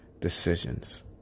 decisions